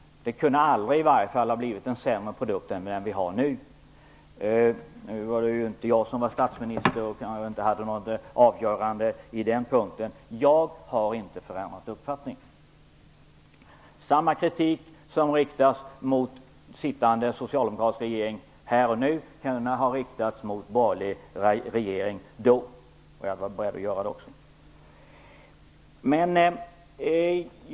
Det kunde i varje fall aldrig ha blivit en sämre produkt än vi har fått nu. Jag var inte statsminister och kunde inte avgöra den punkten, men jag har inte ändrat uppfattning. Samma kritik som riktas mot den sittande socialdemokratiska regeringen här och nu kunde ha riktats mot den borgerliga regeringen då. Jag var också beredd att göra det.